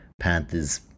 Panthers